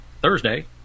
Thursday